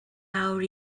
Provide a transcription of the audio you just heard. mawr